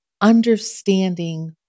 understanding